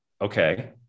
Okay